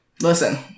Listen